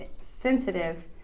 sensitive